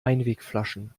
einwegflaschen